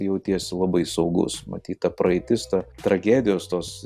jautiesi labai saugus matyt ta praeitis to tragedijos tos